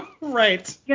Right